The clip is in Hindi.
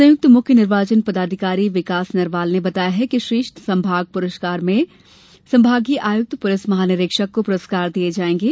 संयुक्त मुख्य निर्वाचन पदाधिकारी विकास नरवाल ने बताया है कि श्रेष्ठ संभाग पुरस्कार में संभागीय आयुक्त पुलिस महानिरीक्षक को पुरस्कार दिये जाएंगे